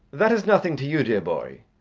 that is nothing to you, dear boy.